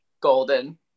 golden